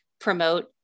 promote